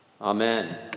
Amen